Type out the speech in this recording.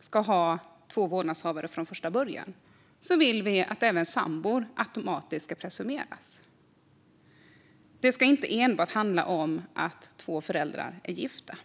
ska ha två vårdnadshavare från första början vill vi att även sambor automatiskt ska presumeras. Det ska inte enbart handla om att två föräldrar är gifta.